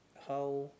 how